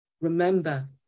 remember